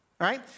right